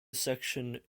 section